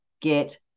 get